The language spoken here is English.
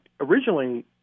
originally